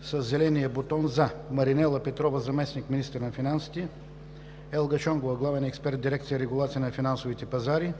със зеления бутон за: Маринела Петрова – заместник-министър на финансите, Елка Шонгова – главен експерт в дирекция „Регулация на финансовите пазари“;